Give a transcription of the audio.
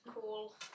cool